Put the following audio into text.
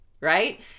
right